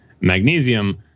Magnesium